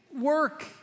work